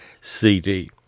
CD